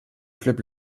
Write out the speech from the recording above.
club